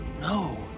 no